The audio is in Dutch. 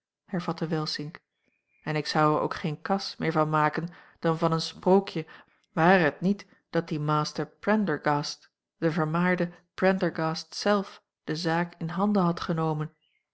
hervatte welsink en ik zou er ook geen cas meer van maken dan van een sprookje waar het niet dat die master prendergast de vermaarde prendergast zelf de zaak in handen had genomen